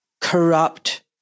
corrupt